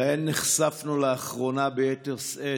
שלהם נחשפנו לאחרונה ביתר שאת,